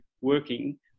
working